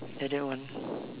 ya that one